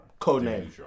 Codename